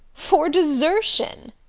for desertion?